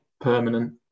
permanent